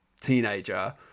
teenager